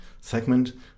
segment